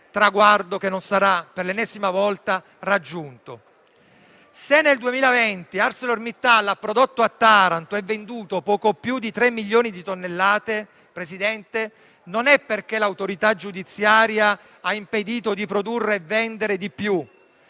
traguardo che non sarà, per l'ennesima volta, raggiunto. Se nel 2020 ArcelorMittal a Taranto ha prodotto e venduto poco più di tre milioni di tonnellate, Presidente, non è perché l'autorità giudiziaria ha impedito di produrre e vendere di più,